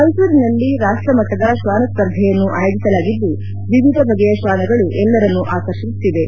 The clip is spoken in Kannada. ಮೈಸೂರಿನಲ್ಲಿ ರಾಷ್ಷ ಮಟ್ಟದ ಶ್ವಾನ ಸ್ಪರ್ಧೆಯನ್ನ ಆಯೋಜಿಸಲಾಗಿದ್ದು ವಿವಿಧ ಬಗೆಯ ಶ್ವಾನಗಳು ಎಲ್ಲರನ್ನು ಆಕರ್ಷಿಸುತ್ತಿವೆ